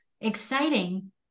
exciting